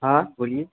हाँ बोलिए